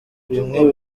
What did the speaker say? bimwe